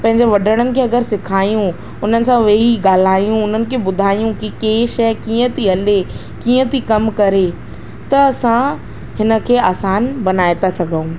पंहिंजे वॾड़नि खे अगरि सेखारियूं उन्हनि सां वेही ॻाल्हायूं उन्हनि खे ॿुधायूं की कंहिं शइ कीअं थी हले कीअं थी कमु करे त असां हुन खे आसान बनाए था सघूं